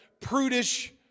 prudish